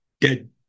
dead